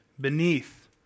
beneath